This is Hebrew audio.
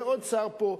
יהיה עוד שר פה,